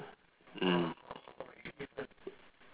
mm